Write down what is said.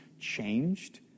changed